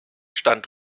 stand